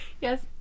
Yes